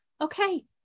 Okay